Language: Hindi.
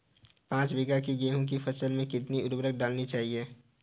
पाँच बीघा की गेहूँ की फसल में कितनी उर्वरक डालनी चाहिए?